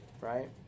right